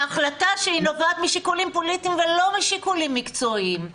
זו החלטה שנובעת משיקולים פוליטיים ולא משיקולים מקצועיים.